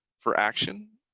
for action,